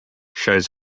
shows